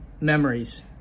memories